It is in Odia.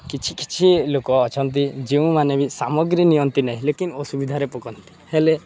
କିଛି କିଛି ଲୋକ ଅଛନ୍ତି ଯେଉଁମାନେ ବି ସାମଗ୍ରୀ ନିଅନ୍ତି ନାହିଁ ଲେକିନ୍ ଅସୁବିଧାରେ ପକାନ୍ତି ହେଲେ